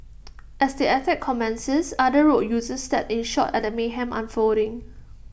as the attack commences other road users stared in shock at the mayhem unfolding